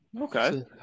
Okay